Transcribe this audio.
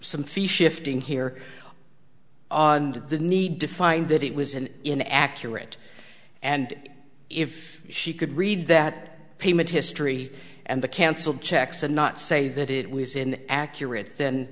some fee shifting here and the need to find that it was an in accurate and if she could read that payment history and the cancelled checks and not say that it was in accurate th